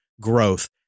growth